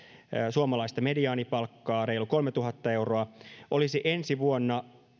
suomalaista mediaanipalkkaa reilu kolmetuhatta euroa olisi ensi vuonna